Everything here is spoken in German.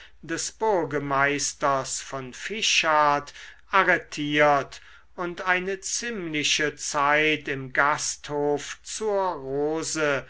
des burgemeisters von fichard arretiert und eine ziemliche zeit im gasthof zur rose